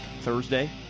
Thursday